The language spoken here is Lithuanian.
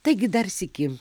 taigi dar sykį